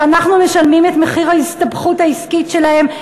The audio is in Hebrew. שאנחנו משלמים את מחיר ההסתבכות העסקית שלהם,